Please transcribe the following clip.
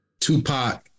Tupac